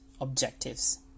objectives